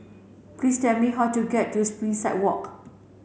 please tell me how to get to Springside Walk